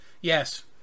Yes